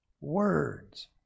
words